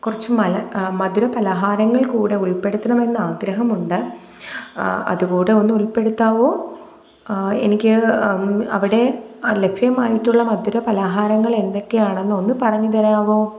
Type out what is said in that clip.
കുറച്ച് മല മധുര പലഹാരങ്ങള് കൂടെ ഉള്പ്പെടുത്തണമെന്ന് ആഗ്രഹമുണ്ട് അ അതുകൂടെ ഒന്ന് ഉള്പ്പെടുത്താവോ എനിക്ക് അവിടെ ലഭ്യമായിട്ടുള്ള മധുര പലഹാരങ്ങള് എന്തൊക്കെയാണെന്ന് ഒന്ന് പറഞ്ഞുതരാമോ